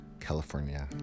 California